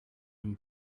him